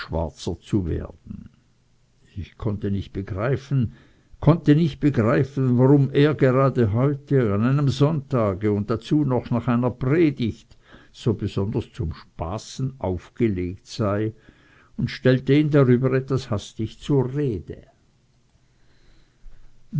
zu werden ich konnte ihn nicht begreifen konnte nicht begreifen warum er gerade heute an einem sonntage und dazu noch nach einer predigt so besonders zum spaßen aufgelegt sei und stellte ihn darüber etwas hastig zur rede